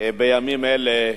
בימים אלה,